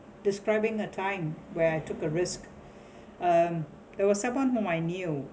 describing a time where I took a risk um there were someone whom I knew